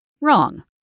Wrong